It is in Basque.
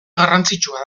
garrantzitsua